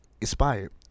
expired